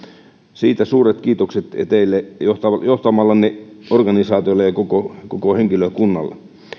siitä suuret kiitokset teille johtamallenne organisaatiolle ja koko henkilökunnalle